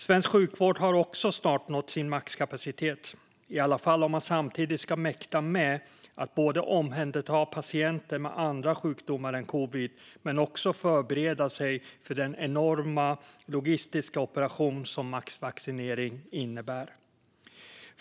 Svensk sjukvård har också snart nått sin maxkapacitet, i alla fall om man samtidigt ska mäkta med att både omhänderta patienter med andra sjukdomar än covid-19 och förbereda sig för den enorma logistiska operation som massvaccinering innebär.